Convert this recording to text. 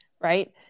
right